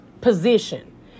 position